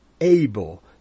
able